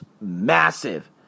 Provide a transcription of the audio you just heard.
massive